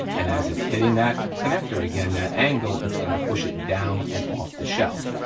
and as it's hitting that connector again, that angle, it's gonna push it down and off the shelf.